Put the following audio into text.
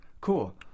Cool